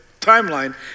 timeline